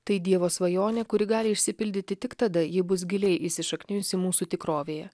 tai dievo svajonė kuri gali išsipildyti tik tada jei bus giliai įsišaknijusi mūsų tikrovėje